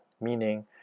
meaning